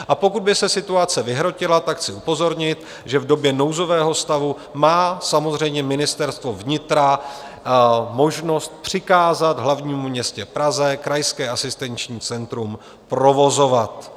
A pokud by se situace vyhrotila, chci upozornit, že v době nouzového stavu má samozřejmě Ministerstvo vnitra možnost přikázat v hlavním městě Praze krajské asistenční centrum provozovat.